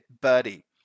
buddy